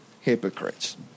hypocrites